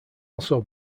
also